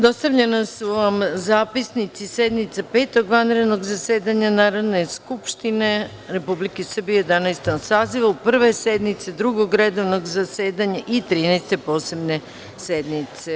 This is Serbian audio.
Dostavljena su vam zapisnici sednice Petog vanrednog zasedanja Narodne skupštine Republike Srbije u Jedanaestom sazivu, Prve sednice Drugog redovnog zasedanja i Trinaeste posebne sednice.